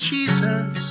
Jesus